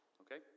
Okay